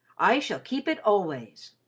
i shall keep it always.